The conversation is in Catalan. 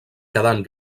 quedant